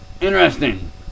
interesting